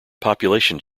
population